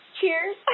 Cheers